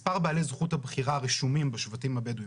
מספר בעלי זכות הבחירה הרשומים בשבטים הבדואים